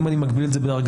אם אני מגביל את זה בדרגה,